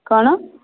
କ'ଣ